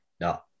no